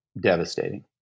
devastating